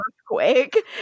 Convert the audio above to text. earthquake